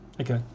Okay